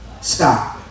Stop